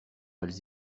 elles